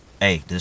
Hey